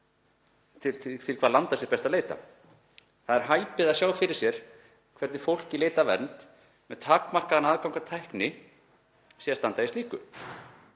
til hvaða landa sé best að leita. Það er hæpið að sjá fyrir sér hvernig fólk í leit að vernd með takmarkaðan aðgang að tækni sé að standa í slíku.